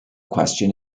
question